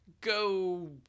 go